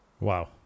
Wow